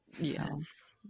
Yes